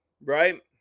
right